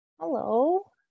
Hello